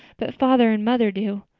but father and mother do.